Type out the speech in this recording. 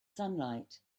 sunlight